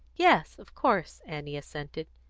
yes, of course, annie assented.